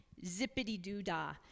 Zippity-doo-dah